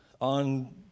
on